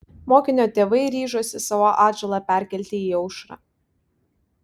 mokinio tėvai ryžosi savo atžalą perkelti į aušrą